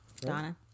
Donna